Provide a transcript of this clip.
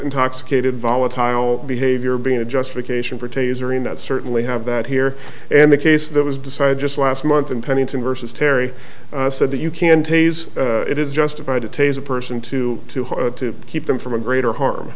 intoxicated volatile behavior being a justification for tasering that certainly have that here and the case that was decided just last month in pennington versus terry said that you can tase it is justified to tase a person to to how to keep them from a greater harm